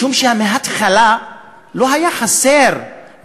משום שמההתחלה לא היו חסרים,